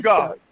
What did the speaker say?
God